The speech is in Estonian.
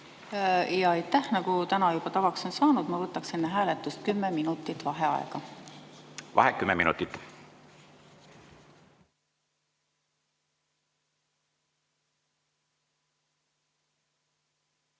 Aitäh! Nagu täna juba tavaks on saanud, ma võtan enne hääletust kümme minutit vaheaega. Vaheaeg kümme minutit.V